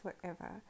forever